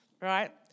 right